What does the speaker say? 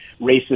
racist